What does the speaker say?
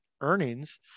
earnings